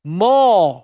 more